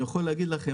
אני יכול להגיד לכם,